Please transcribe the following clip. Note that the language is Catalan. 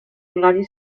hilari